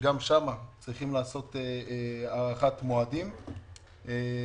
שגם שם צריך לעשות הארכת מועדים בנושא